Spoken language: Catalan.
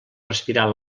respirar